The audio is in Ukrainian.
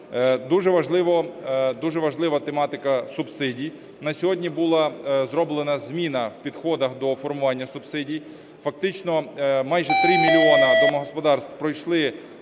Дуже важлива тематика субсидій. На сьогодні була зроблена зміна в підходах до формування субсидій. Фактично майже 3 мільйони домогосподарств пройшли